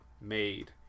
made